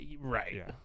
Right